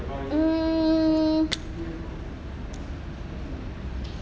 mm